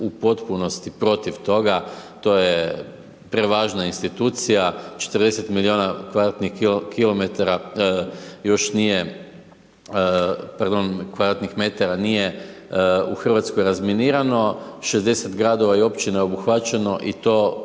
u potpunosti protiv toga, to je prevažna institucija, 40 milijona m2 nije u RH razminirano, 60 gradova i općina je obuhvaćeno i to